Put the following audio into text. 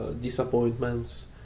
Disappointments